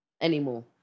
anymore